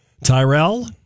Tyrell